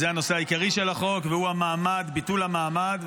שזה הנושא העיקרי של החוק והוא ביטול המעמד,